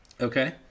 okay